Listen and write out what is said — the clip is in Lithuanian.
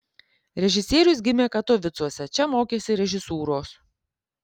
režisierius gimė katovicuose čia mokėsi režisūros